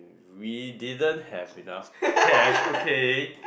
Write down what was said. we didn't have enough cash okay